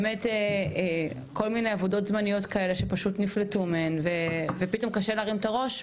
אנשים פשוט נפלטו מכל מיני עבודות זמניות ופתאום היה קשה להרים את הראש,